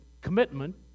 commitment